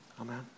Amen